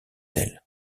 d’elle